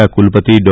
ના કુલપતિ ડૉ